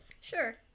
Sure